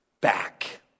Back